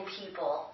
people